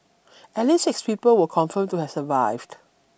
at least six people were confirmed to have survived